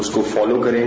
उसको फॉलो करें